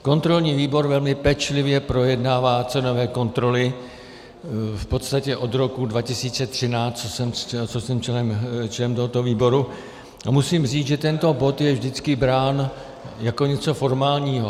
Kontrolní výbor velmi pečlivě projednává cenové kontroly v podstatě od roku 2013, co jsem členem tohoto výboru, a musím říct, že tento bod je vždycky brán jako něco formálního.